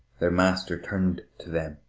their master turned to them.